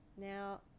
now